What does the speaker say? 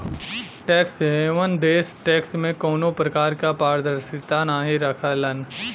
tax haven देश tax में कउनो प्रकार क पारदर्शिता नाहीं रखलन